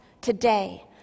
today